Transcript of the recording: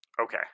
Okay